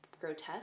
grotesque